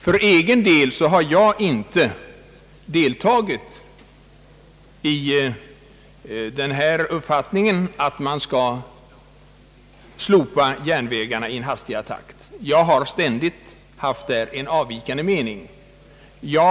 Vidare har jag för egen del inte delat den uppfattningen, att man skall lägga ned järnvägslinjer i hastigare takt utan haft en avvikande mening därvidlag.